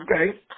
okay